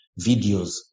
videos